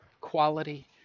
quality